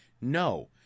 no